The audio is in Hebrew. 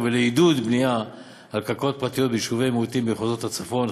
ולעידוד בנייה על קרקעות פרטיות ביישובי מיעוטים במחוזות הצפון,